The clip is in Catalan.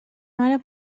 mare